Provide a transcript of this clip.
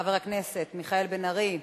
חבר הכנסת מיכאל בן-ארי,